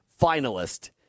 finalist